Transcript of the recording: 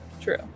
True